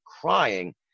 crying